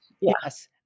yes